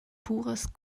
pures